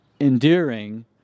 endearing